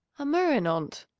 a murrain on't!